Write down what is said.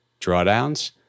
drawdowns